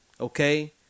Okay